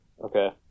Okay